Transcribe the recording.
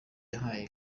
yahaye